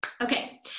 Okay